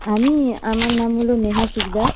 আমি আমার নাম হল নেহা শিকদার